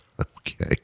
Okay